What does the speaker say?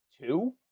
two